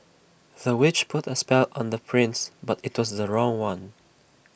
the witch put A spell on the prince but IT was the wrong one